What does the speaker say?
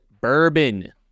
bourbon